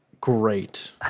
great